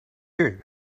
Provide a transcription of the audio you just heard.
you